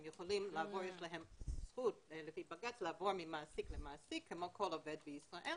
הם יכולים לעבור לפי בג"צ ממעסיק למעסיק כמו כל עובד בישראל.